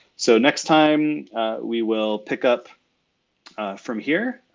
so next time we will pick up from here